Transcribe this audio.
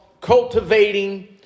cultivating